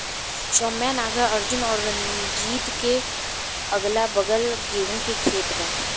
सौम्या नागार्जुन और रंजीत के अगलाबगल गेंहू के खेत बा